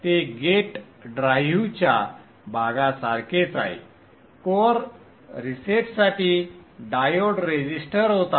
ते गेट ड्राइव्हच्या भागासारखेच आहे कोअर रीसेटसाठी डायोड रेझिस्टर होता